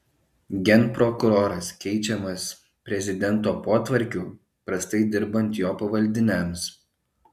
genprokuroras keičiamas prezidento potvarkiu prastai dirbant jo pavaldiniams